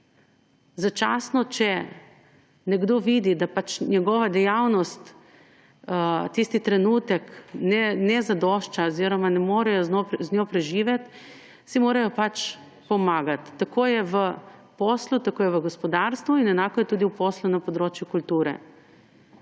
Začasno, če nekdo vidi, da pač njegova dejavnost tisti trenutek ne zadošča oziroma ne morejo z njo preživeti, si morajo pač pomagati. Tako je v poslu, tako je v gospodarstvu in enako je tudi v poslu na področju kulture,